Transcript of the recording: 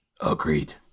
Agreed